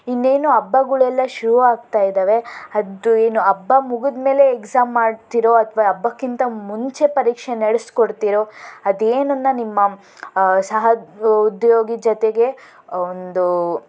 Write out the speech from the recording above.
ಇನ್ನೇನು ಹಬ್ಬಗಳು ಎಲ್ಲ ಶುರು ಆಗ್ತಾಯಿದ್ದಾವೆ ಅದು ಏನು ಹಬ್ಬ ಮುಗಿದ್ಮೇಲೆ ಎಕ್ಸಾಮ್ ಮಾಡ್ತಿರೋ ಅಥವಾ ಹಬ್ಬಕ್ಕಿಂತ ಮುಂಚೆ ಪರೀಕ್ಷೆ ನಡೆಸ್ಕೊಡ್ತಿರೋ ಅದೇನನ್ನು ನಿಮ್ಮ ಸಹ ಉದ್ಯೋಗಿ ಜೊತೆಗೆ ಒಂದು